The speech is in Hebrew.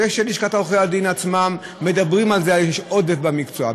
וכשבלשכת עורכי הדין עצמה מדברים על זה שיש עודף במקצוע,